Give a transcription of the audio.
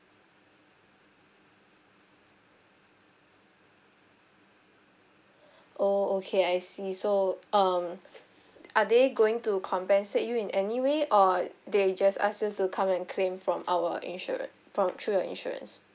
oh okay I see so um are they going to compensate you in any way or they just ask you to come and claim from our insurance from through your insurance